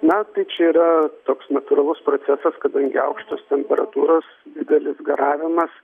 na tai čia yra toks natūralus procesas kadangi aukštos temperatūros didelis garavimas